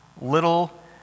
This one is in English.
little